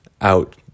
out